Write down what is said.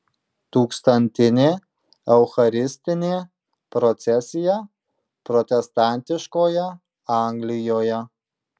tūkstantinė eucharistinė procesija protestantiškoje anglijoje